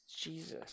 Jesus